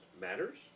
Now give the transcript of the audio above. matters